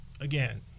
again